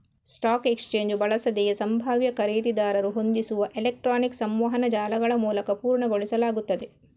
stock exchange ಬಳಸದೆಯೇ ಸಂಭಾವ್ಯ ಖರೀದಿದಾರರು ಹೊಂದಿಸುವ ಎಲೆಕ್ಟ್ರಾನಿಕ್ ಸಂವಹನ ಜಾಲಗಳಮೂಲಕ ಪೂರ್ಣಗೊಳಿಸಲಾಗುತ್ತದೆ